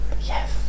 Yes